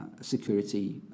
security